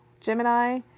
Gemini